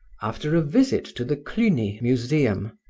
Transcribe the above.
after a visit to the cluny museum,